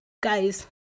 guys